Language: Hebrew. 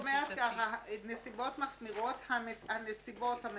את אומרת: ""נסיבות מחמירות" הנסיבות